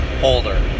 holder